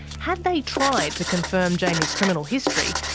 had they tried to confirm jamie's criminal history,